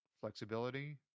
flexibility